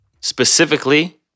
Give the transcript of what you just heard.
specifically